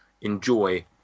enjoy